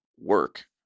work